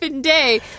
day